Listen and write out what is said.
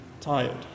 tired